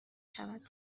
شود